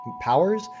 powers